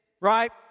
Right